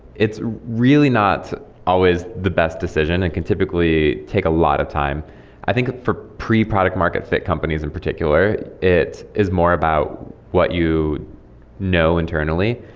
it's really not always the best decision and can typically take a lot of time i think for pre-product market fit companies in particular, it is more about what you know internally,